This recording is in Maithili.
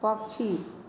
पक्षी